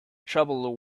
trouble